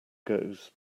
goes